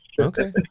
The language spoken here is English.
Okay